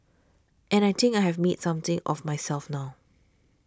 and I think I have made something of myself now